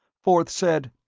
forth said,